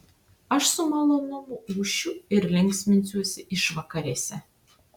aš su malonumu ūšiu ir linksminsiuosi išvakarėse